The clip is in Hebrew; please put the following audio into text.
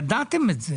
ידעתם את זה.